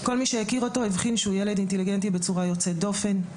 כל מי שהכיר אותו הבחין שהוא ילד אינטליגנטי בצורה יוצאת דופן,